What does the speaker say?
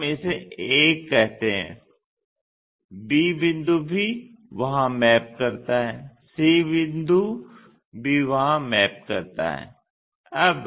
तो हम इसे a कहते हैं b बिंदु भी वहां मैप करता है c बिंदु भी वहां मैप करता है